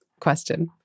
question